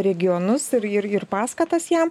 regionus ir ir ir paskatas jam